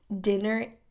dinner